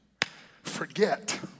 forget